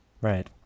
Right